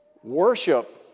Worship